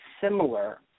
similar